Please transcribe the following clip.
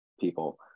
people